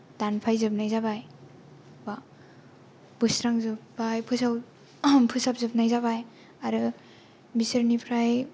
दानफायजोबनाय जाबाय एबा बोस्रांजोब्बाय फोसाब फोसाबजोबनाय जाबाय आरो बिसोरनिफ्राय